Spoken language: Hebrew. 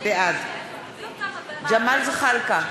בעד ג'מאל זחאלקה,